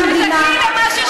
נשמע אותך.